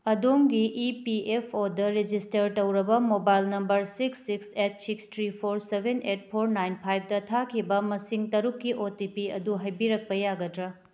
ꯑꯗꯣꯝꯒꯤ E P F O register ꯇꯧꯔꯕ mobile number six six eight six three four seven eight four nine five ꯊꯥꯈꯤꯕ ꯃꯁꯤꯡ ꯇꯔꯨꯛꯀꯤ O T P ꯑꯗꯨ ꯍꯥꯏꯕꯤꯔꯛꯄ ꯌꯥꯒꯗ꯭ꯔ